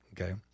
Okay